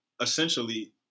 Essentially